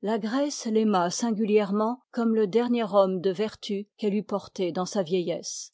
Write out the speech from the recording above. la grèce taima singulièrement comme le dernier homme de vertus qu'elle eût porté dans sa vieillesse